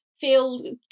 feel